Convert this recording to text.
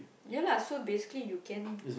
ya lah so basically you can